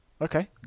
Okay